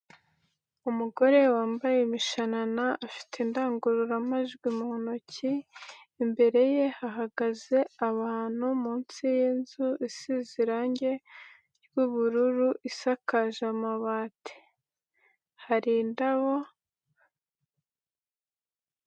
Umugore wambaye imishanana, afite indangururamajwi mu ntoki, imbere ye hahagaze abantu munsi yinzu isize irangi ry'ubururu isakaje amabati, hari indabo.